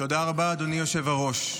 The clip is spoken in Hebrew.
תודה רבה, אדוני היושב-ראש.